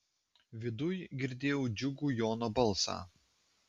viduj girdėjau džiugų jono balsą